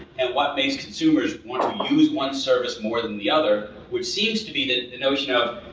and what makes consumers want to use one service more than the other, which seems to be, that the notion of,